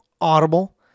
Audible